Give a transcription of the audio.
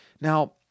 Now